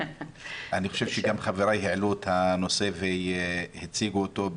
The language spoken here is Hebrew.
אני חושב שגם חבריי העלו את הנושא והציגו אותו,